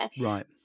right